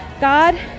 God